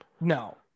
No